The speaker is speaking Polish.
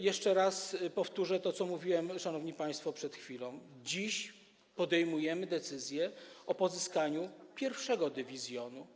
Jeszcze raz powtórzę to, co mówiłem, szanowni państwo, przed chwilą: dziś podejmujemy decyzję o pozyskaniu pierwszego dywizjonu.